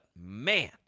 man